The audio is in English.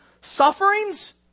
sufferings